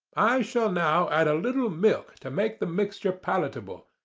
i shall now add a little milk to make the mixture palatable,